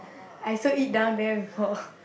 I also eat down there before